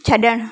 छड॒णु